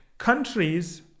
countries